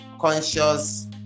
conscious